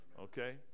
okay